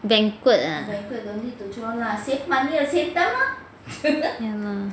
banquet ah ya lah